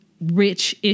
rich